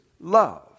love